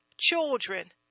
children